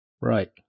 Right